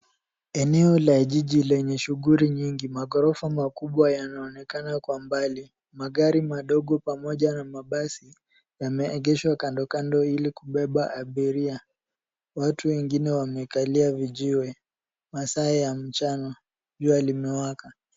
Eneo la jiji lenye shughuli nyingi, maghorofa kubwa yanaonekana kwa mbali. Magari madogo pamoja na mabasi yameegeshwa kando kando ili kubeba abiria. Watu wengine wamekalia vijiwe, masaa ya mchana. Jua limewaka.